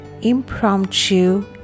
impromptu